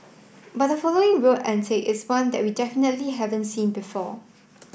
but the following road antic is one that we definitely haven't seen before